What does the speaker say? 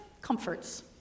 comforts